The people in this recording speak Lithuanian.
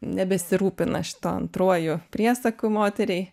nebesirūpina šituo antruoju priesaku moteriai